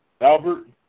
Albert